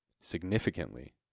significantly